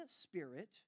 spirit